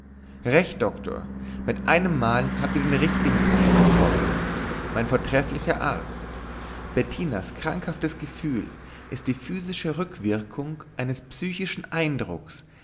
recht doktor mit einemmal habt ihr den richtigen punkt getroffen mein vortrefflicher arzt bettinas krankhaftes gefühl ist die physische rückwirkung eines psychischen eindrucks